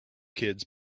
kids